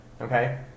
okay